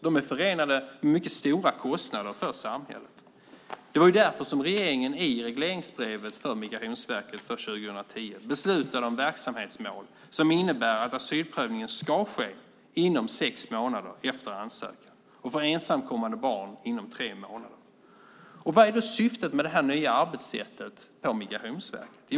De är förenade med mycket stora kostnader för samhället. Det var därför som regeringen i regleringsbrevet till Migrationsverket för 2010 beslutade om verksamhetsmål som innebär att asylprövningen ska ske inom sex månader efter ansökan och för ensamkommande barn inom tre månader. Vad är då syftet med det nya arbetssättet på Migrationsverket?